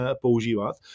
používat